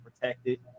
protected